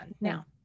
Now